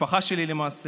המשפחה שלי, למעשה.